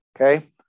Okay